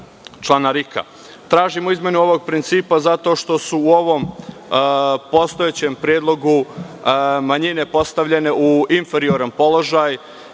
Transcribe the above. RIK.Tražimo izmenu ovog principa zato što su u ovom postojećem predlogu manjine postavljene u inferioran položaj